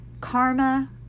karma